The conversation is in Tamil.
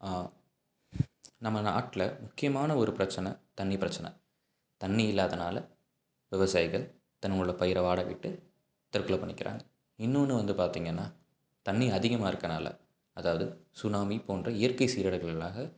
நம்ம நாட்டில் முக்கியமான ஒரு பிரச்சனை தண்ணி பிரச்சனை தண்ணி இல்லாதனால் விவசாயிகள் தங்களோட பயிரை வாடவிட்டு தற்கொலை பண்ணிக்கிறாங்க இன்னொன்று வந்து பார்த்திங்கன்னா தண்ணி அதிகமாக இருக்கனால அதாவது சுனாமி போன்ற இயற்கை சீரழிவுகளாக